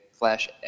Flash